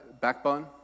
backbone